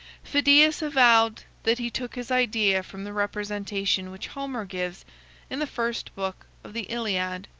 phidias avowed that he took his idea from the representation which homer gives in the first book of the iliad,